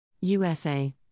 USA